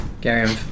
Gary